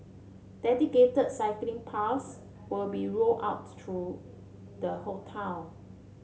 dedicated cycling paths will be roll out through the whole town